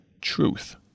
truth